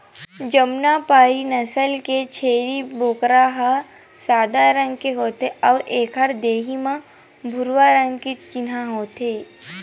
जमुनापारी नसल के छेरी बोकरा ह सादा रंग के होथे अउ एखर देहे म भूरवा रंग के चिन्हा होथे